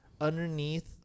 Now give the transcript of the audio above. underneath